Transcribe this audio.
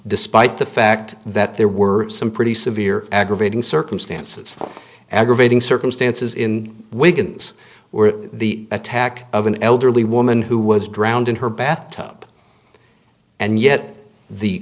despite the fact that there were some pretty severe aggravating circumstances aggravating circumstances in wigan's were the attack of an elderly woman who was drowned in her bath tub and yet the